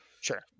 Sure